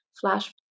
flash